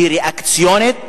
והיא ריאקציונית,